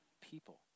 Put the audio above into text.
people